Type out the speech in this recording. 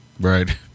Right